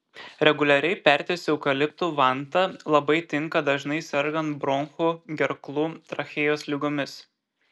reguliariai pertis eukaliptų vanta labai tinka dažnai sergant bronchų gerklų trachėjos ligomis